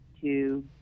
two